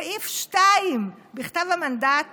סעיף 2 לכתב המנדט